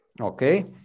Okay